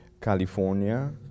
California